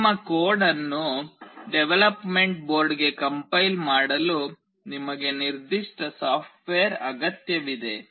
ನಿಮ್ಮ ಕೋಡ್ ಅನ್ನು ಡೆವಲಪ್ಮೆಂಟ್ ಬೋರ್ಡ್ಗೆ ಕಂಪೈಲ್ ಮಾಡಲು ನಿಮಗೆ ನಿರ್ದಿಷ್ಟವಾದ ಸಾಫ್ಟ್ವೇರ್ ಅಗತ್ಯವಿದೆ